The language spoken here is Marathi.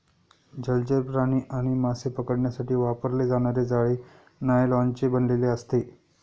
जलचर प्राणी आणि मासे पकडण्यासाठी वापरले जाणारे जाळे नायलॉनचे बनलेले असते